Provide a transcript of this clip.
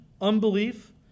unbelief